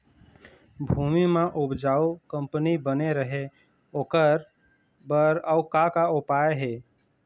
भूमि म उपजाऊ कंपनी बने रहे ओकर बर अउ का का उपाय हे?